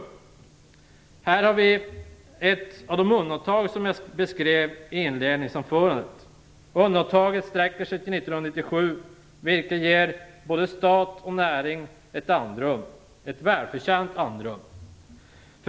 Även här har vi ett av de undantag som jag beskrev i inledningen av mitt anförande. Undantaget sträcker sig till 1997, vilket ger både stat och näring ett välförtjänt andrum.